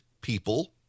people